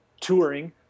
touring